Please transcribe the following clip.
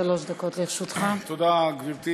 תודה רבה.